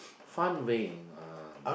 fun way in uh